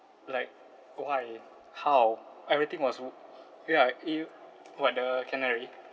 like why how everything was wou~ ya it what the canary